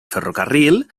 ferrocarril